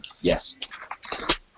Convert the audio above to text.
Yes